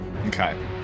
Okay